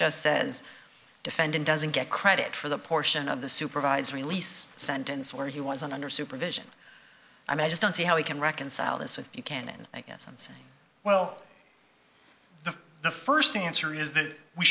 just says defendant doesn't get credit for the portion of the supervisory least sentence where he wasn't under supervision i mean i just don't see how he can reconcile this with you can i guess and say well the first answer is that we